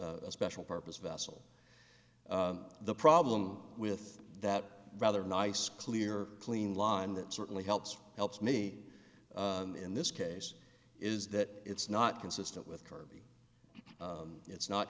special purpose vessel the problem with that rather nice clear clean line that certainly helps helps me in this case is that it's not consistent with kirby it's not